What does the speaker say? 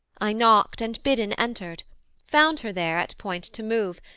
i knocked and, bidden, entered found her there at point to move,